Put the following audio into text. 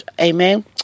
amen